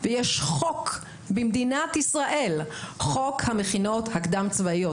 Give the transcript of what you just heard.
ויש חוק במדינת ישראל: "חוק המכינות הקדם צבאיות".